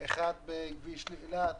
אחד בכביש לאילת,